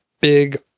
big